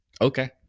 okay